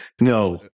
no